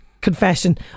confession